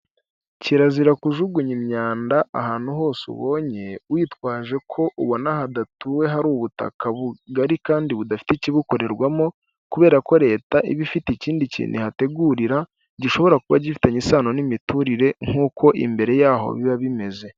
Kirazira kujugunya imyanda ahantu hose ubonye witwajeko ubona hadatuwe, hari ubutaka bugari kandi budafite ikibukorerwamo, kubera ko Leta iba ifite ikindi kintu ihategurira gishobora kuba gifitanye isano n'imiturire nkuko imbere yaho biba bimeze.